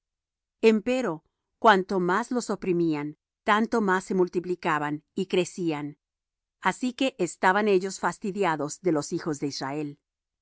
raamses empero cuanto más los oprimían tanto más se multiplicaban y crecían así que estaban ellos fastidiados de los hijos de israel